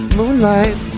moonlight